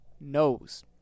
knows